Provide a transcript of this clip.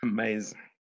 Amazing